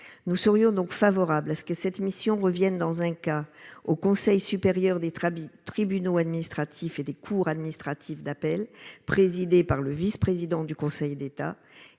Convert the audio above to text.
nous serions donc favorable à ce que cette émission revienne dans un cas au Conseil supérieur des Trabis tribunaux administratifs et des cours administratives d'appel, présidée par le vice-président du Conseil d'État